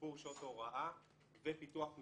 תגבור שעות הוראה ופיתוח מקצועי,